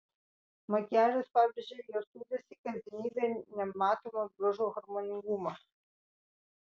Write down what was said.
makiažas pabrėžė jos liūdesį kasdienybėje nematomą bruožų harmoningumą